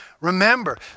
Remember